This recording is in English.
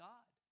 God